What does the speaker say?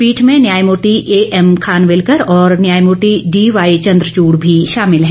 पीठ में न्यायमूर्ति ए एम खानविलकर और न्यायमूर्ति डी वाई चन्द्रचूड भी शामिल हैं